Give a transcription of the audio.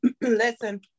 listen